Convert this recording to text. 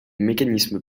mécanismes